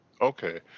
Okay